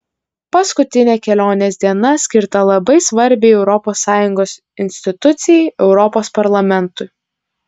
paskutinė kelionės diena skirta labai svarbiai europos sąjungos institucijai europos parlamentui